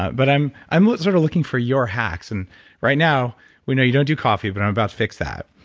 but but i'm i'm sort of looking for your hacks. and right now, we know you don't do coffee, but i'm about to fix that.